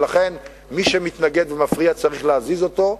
ולכן מי שמתנגד ומפריע צריך להזיז אותו,